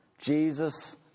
Jesus